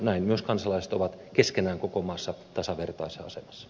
näin myös kansalaiset ovat keskenään koko maassa tasavertaisessa asemassa